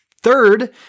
Third